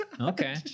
Okay